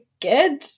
good